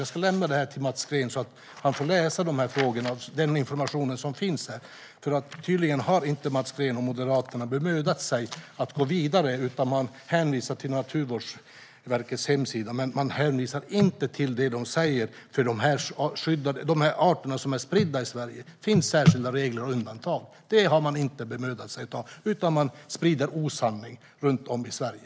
Jag ska lämna detta papper till Mats Green så att han får läsa den information som finns här. Tydligen har inte Mats Green och Moderaterna bemödat sig om att gå vidare, utan de hänvisar till Naturvårdsverkets hemsida, men de hänvisar inte till vad som står om de arter som är spridda i Sverige. Det finns särskilda regler och undantag. Det har de inte bemödat sig om att ta reda på, utan de sprider osanning runt om i Sverige.